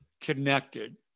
connected